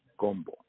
Combo